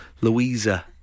Louisa